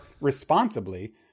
responsibly